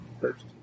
first